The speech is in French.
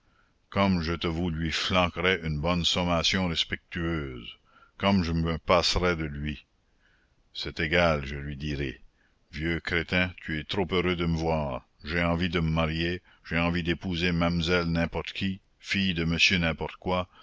comme je te vous lui flanquerais une bonne sommation respectueuse comme je me passerais de lui c'est égal je lui dirai vieux crétin tu es trop heureux de me voir j'ai envie de me marier j'ai envie d'épouser mamselle n'importe qui fille de monsieur n'importe quoi